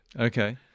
okay